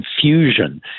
confusion